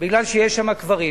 משום שיש שם קברים.